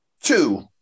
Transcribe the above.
Two